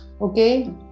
okay